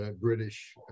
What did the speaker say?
British